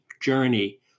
journey